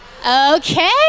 Okay